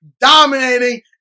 dominating